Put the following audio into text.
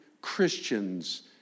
Christians